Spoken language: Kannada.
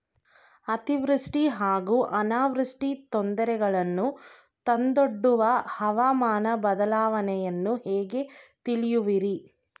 ಅತಿವೃಷ್ಟಿ ಹಾಗೂ ಅನಾವೃಷ್ಟಿ ತೊಂದರೆಗಳನ್ನು ತಂದೊಡ್ಡುವ ಹವಾಮಾನ ಬದಲಾವಣೆಯನ್ನು ಹೇಗೆ ತಿಳಿಯುವಿರಿ?